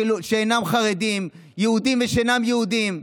שאינם חרדים, יהודים ושאינם יהודים,